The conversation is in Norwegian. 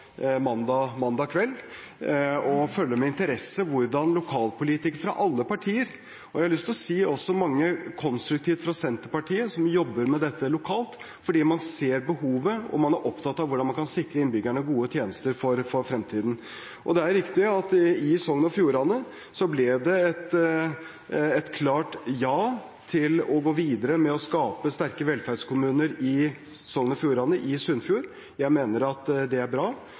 mandag kveld og følger med interesse hvordan lokalpolitikere fra alle partier – og jeg har lyst til å si også mange konstruktive fra Senterpartiet – jobber med dette lokalt, fordi man ser behovet, og man er opptatt av hvordan man kan sikre innbyggerne gode tjenester for fremtiden. Det er riktig at det i Sogn og Fjordane ble et klart ja til å gå videre med å skape sterke velferdskommuner i Sogn og Fjordane, i Sunnfjord. Jeg mener at det er bra.